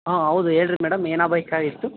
ಹಾಂ ಹೌದುರೀ ಹೇಳಿರಿ ಮೇಡಮ್ ಏನಾಬೇಕಾಗಿತ್ತು